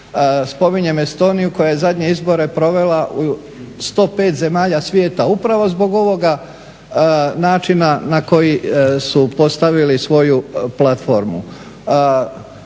spominjem Estoniju koja je zadnje izbore provela u 105 zemalja svijeta upravo zbog ovoga načina na koji su postavili svoju platformu.